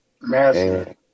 Massive